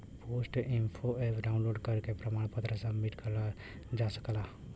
post info app download करके प्रमाण पत्र सबमिट करल जा सकला